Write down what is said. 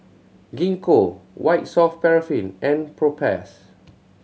Gingko White Soft Paraffin and Propass